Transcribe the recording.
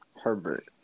Herbert